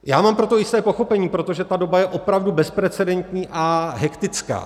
Já mám pro to jisté pochopení, protože ta doba je opravdu bezprecedentní a hektická.